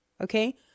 okay